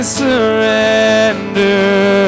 surrender